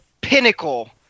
pinnacle